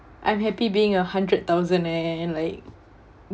I'm happy being a hundred thousand-aire and like